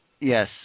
Yes